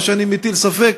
מה שאני מטיל ספק,